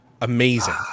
amazing